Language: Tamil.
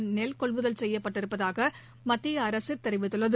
டன் நெல் கொள்முதல் செய்யப்பட்டிருப்பதாக மத்திய அரசு தெரிவித்துள்ளது